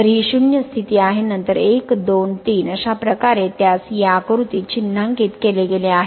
तर ही 0 स्थिती आहे नंतर 1 2 3 अशा प्रकारे त्यास या आकृतीत चिन्हांकित केले गेले आहे